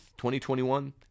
2021